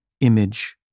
image